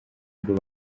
ngo